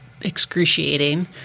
excruciating